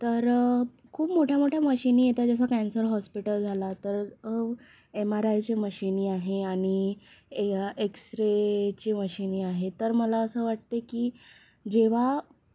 तर खूप मोठ्या मोठ्या मशिनी येतात जसं कॅन्सर हॉस्पिटल झाला तर एमआरआयच्या मशिनी आहे आणि ए एक्स रेची मशिनी आहे तर मला असं वाटते की जेव्हा